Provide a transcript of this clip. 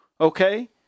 okay